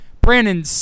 Brandon